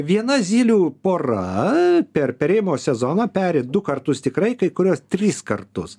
viena zylių pora per perėjimo sezoną peri du kartus tikrai kai kuriuos tris kartus